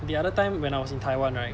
the other time when I was in taiwan right